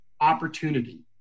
opportunity